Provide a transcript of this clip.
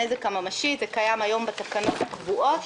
הנזק הממשי," זה קיים היום בתקנות הקבועות.